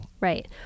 Right